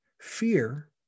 Fear